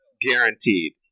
guaranteed